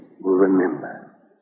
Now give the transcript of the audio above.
remember